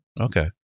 Okay